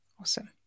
awesome